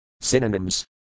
Synonyms